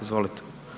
Izvolite.